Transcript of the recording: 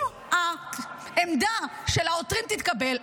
אם העמדה של העותרים תתקבל,